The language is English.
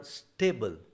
stable